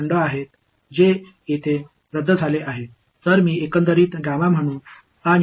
எனவே இங்கே ரத்து செய்யப்பட்ட பல விஷயங்கள் போன்ற ஒரு வால்யூம் என்னிடம் உள்ளது என்று சொல்லலாம்